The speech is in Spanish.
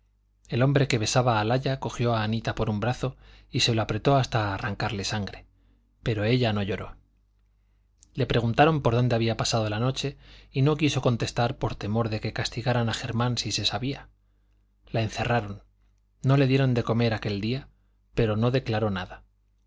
el hombre que besaba al aya cogió a anita por un brazo y se lo apretó hasta arrancarle sangre pero ella no lloró le preguntaron dónde había pasado la noche y no quiso contestar por temor de que castigaran a germán si se sabía la encerraron no le dieron de comer aquel día pero no declaró nada